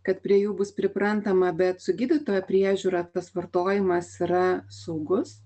kad prie jų bus priprantama bet su gydytojo priežiūra tas vartojimas yra saugus